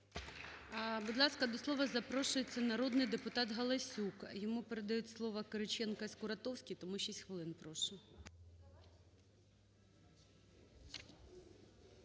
Будь ласка, до слова запрошується народний депутат Галасюк. Йому передають слово Кириченко і Скуратовський, тому шість хвилин. Прошу.